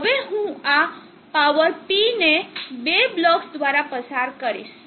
હવે હું આ પાવર P ને બે બ્લોક્સ દ્વારા પસાર કરીશ